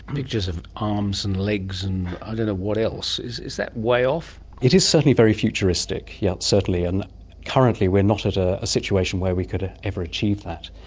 pictures of arms and legs and i don't know what else. is is that way off? it is certainly very futuristic, yes certainly, and currently we're not at a situation where we could ever achieve that.